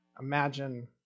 imagine